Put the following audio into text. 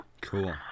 Cool